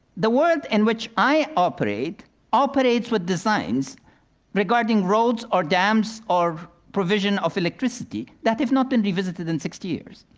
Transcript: the world in which i operate operates with designs regarding roads, or dams, or provision of electricity that have not been revisited in sixty years.